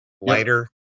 Lighter